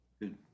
Good